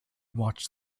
watched